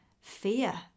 fear